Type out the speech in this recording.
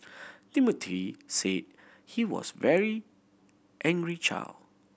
Timothy said he was very angry child